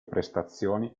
prestazioni